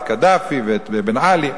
את קדאפי ואת בן-עלי,